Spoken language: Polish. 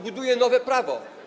Buduje nowe prawo.